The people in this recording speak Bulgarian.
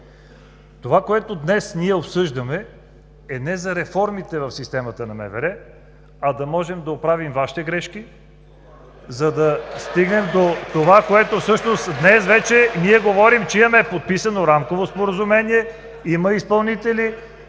Това, което днес ние обсъждаме, е не за реформите в системата на МВР, а да можем да оправим Вашите грешки (ръкопляскания от ГЕРБ), за да стигнем до това, което всъщност днес вече ние говорим – имаме подписано рамково споразумение, има изпълнители